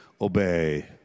obey